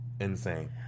insane